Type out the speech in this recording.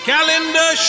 Calendar